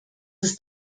ist